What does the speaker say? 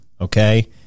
Okay